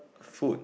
food